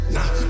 Nah